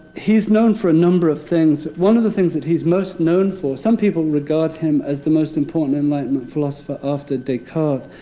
he's known for a number of things. one of the things that he's most known for. some people regard him as the most important enlightenment philosopher after descartes.